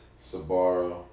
Sabaro